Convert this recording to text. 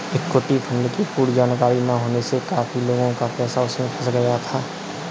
equity fund की पूर्ण जानकारी ना होने से काफी लोगों का पैसा उसमें फंस गया था